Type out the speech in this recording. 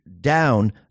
down